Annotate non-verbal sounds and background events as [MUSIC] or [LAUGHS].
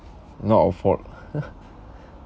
not our fault [LAUGHS]